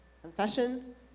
Confession